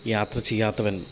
യാത്ര ചെയ്യാത്തവൻ